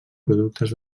productes